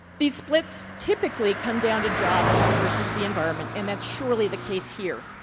these splits typically come down to jobs versus the environment, and that's surely the case here.